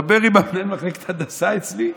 דבר עם מחלקת הנדסה אצלי,